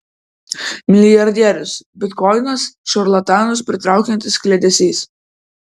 milijardierius bitkoinas šarlatanus pritraukiantis kliedesys